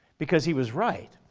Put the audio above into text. because he was right.